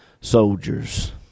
soldiers